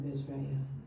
Israel